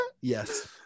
Yes